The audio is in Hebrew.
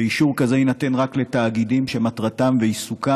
ואישור כזה יינתן רק לתאגידים שמטרתם ועיסוקם